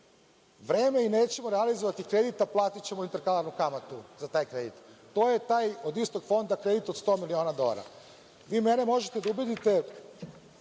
vreme i nećemo realizovati kredit, a platićemo interkalarnu kamatu za taj kredit. To je taj od istog fonda kredit od sto miliona dolara. Vi mene možete da ubedite